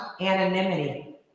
anonymity